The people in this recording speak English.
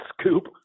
scoop